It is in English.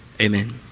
amen